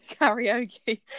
Karaoke